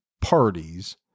parties